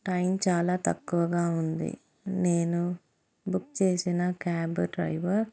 time చాలా తక్కువగా ఉంది నేను బుక్ చేసిన క్యాబ్ డ్రైవర్